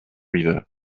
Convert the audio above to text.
river